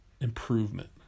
improvement